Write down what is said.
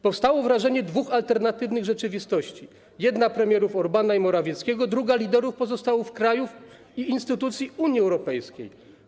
Powstało wrażenie istnienia dwóch alternatywnych rzeczywistości: jedna - premierów Orbána i Morawieckiego, druga - liderów pozostałych krajów i instytucji Unii Europejskiej.